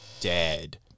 dead